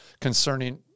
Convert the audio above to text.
concerning